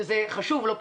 שזה חשוב לא פחות.